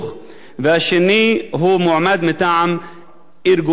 והשני הוא מועמד מטעם ארגוני המורים.